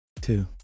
Two